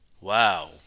Wow